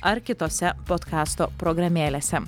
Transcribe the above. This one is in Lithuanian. ar kitose podkasto programėlėse